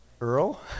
Earl